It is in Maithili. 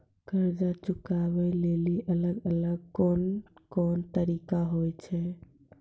कर्जा चुकाबै लेली अलग अलग कोन कोन तरिका होय छै?